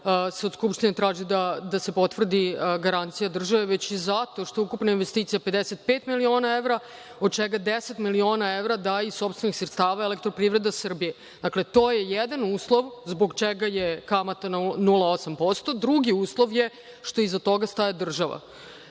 se od Skupštine traži da se potvrdi garancija države, već i zato što je ukupna investicija 55 miliona evra, od čega 10 miliona evra daje iz sopstvenih sredstava EPS. Dakle, to je jedan uslov zbog čega je kamata 0,8%. Drugi uslov je što iza toga staje država. Treća